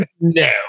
no